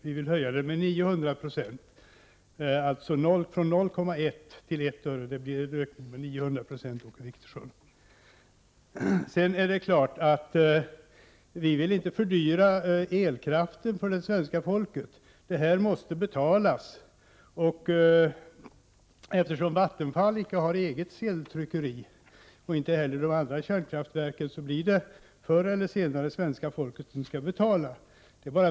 Vi vill höja den med 900 26, alltså från 0,1 till I öre. Då blir höjningen 900 96, Åke Wictorsson. Vi vill naturligtvis inte fördyra elkraften för det svenska folket. Eftersom Vattenfall inte har något eget sedeltryckeri, och inte heller kärnkraftverken, blir det förr eller senare svenska folket som skall betala.